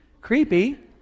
creepy